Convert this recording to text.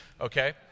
okay